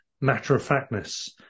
matter-of-factness